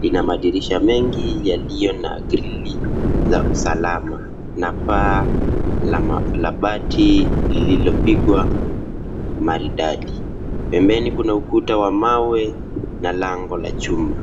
Ina madirisha mengi yaliyo na grili za usalama. Na paa la mabati lililopigwa maridadi. Pembeni kuna ukuta wa mawe na lango la chuma.